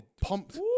pumped